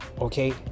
Okay